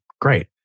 great